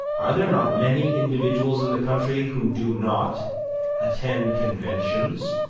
are there not many individuals in the country who do not attend conventions?